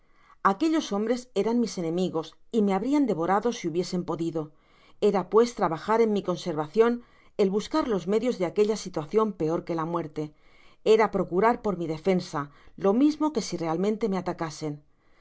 aquellos hombres eran mis enemigos y me habrian devorado si hubiesen podida era pues trabajar en mi conservacion el buscar los medios de aquella situacion peor que la muerte era procurar por mi defensa lo mismo que si realmente me atacasen